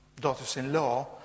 daughters-in-law